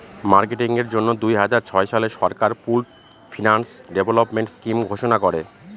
marketing এর জন্য দুই হাজার ছয় সালে সরকার পুল্ড ফিন্যান্স ডেভেলপমেন্ট স্কিম ঘোষণা করে